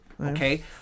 okay